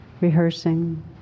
rehearsing